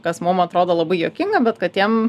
kas mum atrodo labai juokinga bet katėm